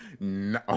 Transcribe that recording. no